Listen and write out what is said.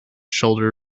shoulder